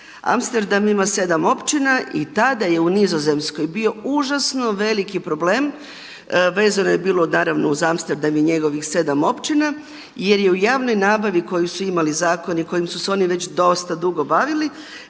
Amsterdam ima 7 općina i tada je Nizozemskoj bio užasno veliki problem, vezano je bilo naravno uz Amsterdam i njegovih 7 općina jer je u javnoj nabavi koju su imali zakoni, kojima su se oni već dosta dugo bavili,